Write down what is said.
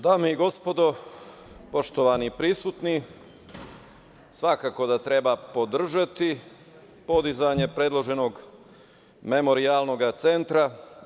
Dame i gospodo, poštovani prisutni, svakako da treba podržati podizanje predloženog memorijalnog centra.